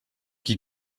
qui